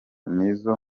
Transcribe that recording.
nizo